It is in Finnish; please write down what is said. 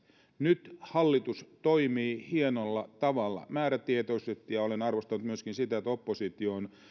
nyt hallitus toimii hienolla tavalla määrätietoisesti ja olen arvostanut myöskin sitä että oppositio on